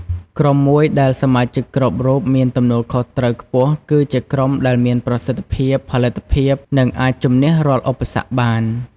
ក្រុមមួយដែលសមាជិកគ្រប់រូបមានទំនួលខុសត្រូវខ្ពស់ គឺជាក្រុមដែលមានប្រសិទ្ធភាព ផលិតភាព និងអាចជំនះរាល់ឧបសគ្គបាន។